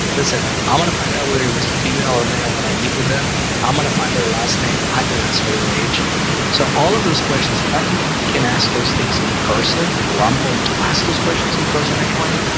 listen, i want to find out whether it was a female or male when i mean with them i'm gonna find their last name i can ask for their age so all of those questions, in fact can can ask those things in person where i'm going to ask those questions in person anyway,